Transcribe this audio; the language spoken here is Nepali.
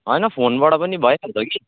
होइन फोनबाट पनि भइहाल्छ कि